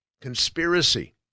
conspiracy